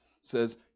says